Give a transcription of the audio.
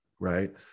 Right